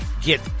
get